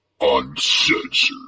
uncensored